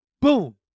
Boom